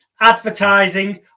advertising